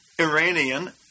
Iranian